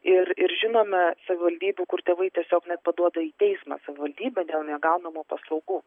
ir ir žinome savivaldybių kur tėvai tiesiog net paduoda į teismą savivaldybę dėl negaunamų paslaugų